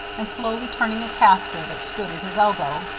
and slowly turning a caster that stood at his elbow.